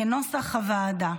כנוסח הוועדה.